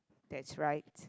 that's right